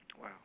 Wow